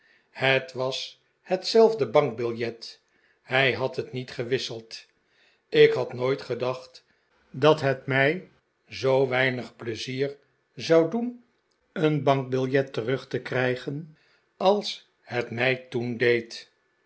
het was hetzelfde bankbiljet hij had het niet gewisseld ik had nooit gedacht dat het mij zoo weinig pleizier zou doen een bankbiljet terug te krijgen als het mij toen deed